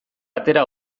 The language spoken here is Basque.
atera